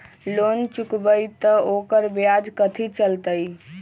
Loan चुकबई त ओकर ब्याज कथि चलतई?